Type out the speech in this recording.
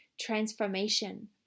transformation